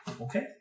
Okay